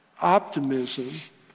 optimism